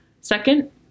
Second